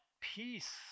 peace